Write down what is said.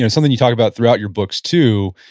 and something you talk about throughout your books too,